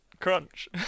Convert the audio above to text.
crunch